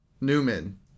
Newman